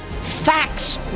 Facts